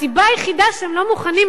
הסיבה היחידה שהם לא מוכנים,